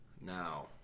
Now